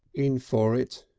in for it,